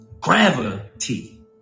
gravity